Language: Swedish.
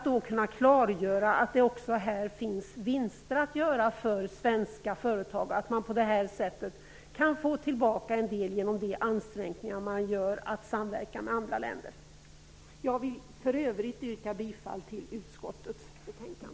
Då kan man klargöra att det också finns vinster att göra för svenska företag och att man på det sättet kan få tillbaka en del av de ansträngningar man gör i samverkan med andra länder. För övrigt yrkar jag bifall till utskottets hemställan.